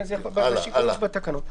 בשיקולים שבתקנות.